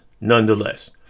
nonetheless